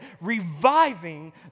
reviving